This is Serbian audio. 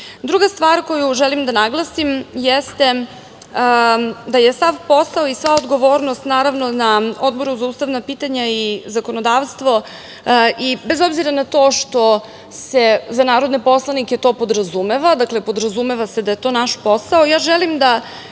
stvar, koju želim da naglasim jeste da je sav posao i sva odgovornost, naravno, na Odboru za ustavna pitanja i zakonodavstvo i bez obzira na to što se za narodne poslanike to podrazumeva, dakle, podrazumeva se da je to naš posao želim da